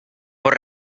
por